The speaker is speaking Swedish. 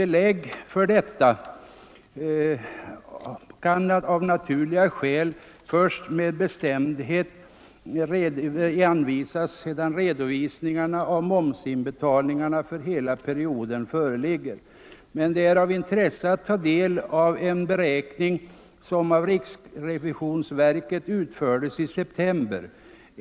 Belägg för detta kan av naturliga skäl anföras först när redovisningarna av momsinbetalningarna för hela perioden föreligger. Men det är av intresse att ta del av en beräkning som utfördes i september av riksrevisionsverket.